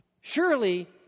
Surely